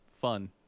Fun